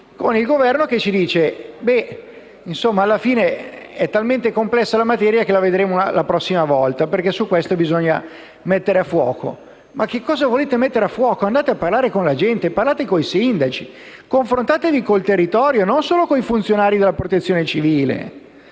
e il Governo dice che, alla fine, è talmente complessa la materia che la vedremo la prossima volta, perché bisogna metterla a fuoco. Ma cosa volete mettere a fuoco? Andate a parlare con la gente, con i sindaci. Confrontatevi con il territorio, e non solo con i funzionari della Protezione civile.